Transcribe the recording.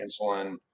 insulin